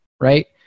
right